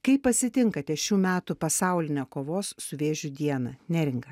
kaip pasitinkate šių metų pasaulinę kovos su vėžiu dieną neringa